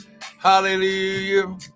hallelujah